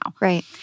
Right